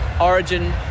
origin